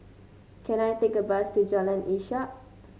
can I take a bus to Jalan Ishak